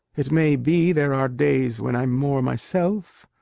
it may be, there are days when i'm more myself,